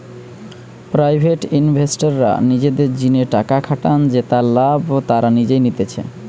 private ইনভেস্টররা নিজেদের জিনে টাকা খাটান জেতার লাভ তারা নিজেই নিতেছে